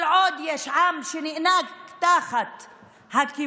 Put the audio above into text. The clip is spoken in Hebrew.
כל עוד יש עם שנאנק תחת הכיבוש,